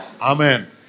Amen